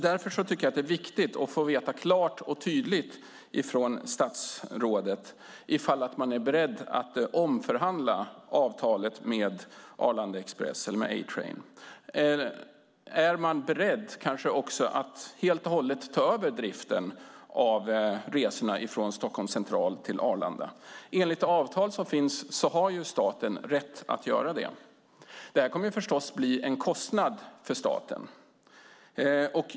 Därför är det viktigt att få veta klart och tydligt från statsrådet om man är beredd att omförhandla avtalet med A-Train. Är man kanske beredd att helt och hållet ta över driften av resorna mellan Stockholms central och Arlanda? Enligt avtalet har staten rätt att göra det. Detta skulle förstås bli en kostnad för staten.